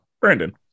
brandon